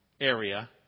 area